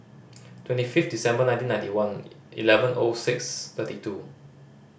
twenty fifth December nineteen ninety one eleven O six thirty two